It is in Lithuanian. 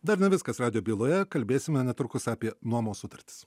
dar ne viskas radijo byloje kalbėsime netrukus apie nuomos sutartis